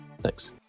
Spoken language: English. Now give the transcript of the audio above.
Thanks